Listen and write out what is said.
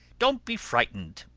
don't be frightened.